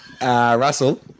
Russell